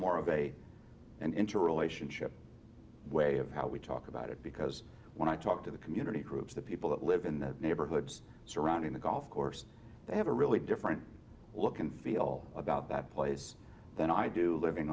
more of a interrelationship way of how we talk about it because when i talk to the community groups the people that live in the neighborhoods surrounding the golf course they have a really different look and feel about that place than i do living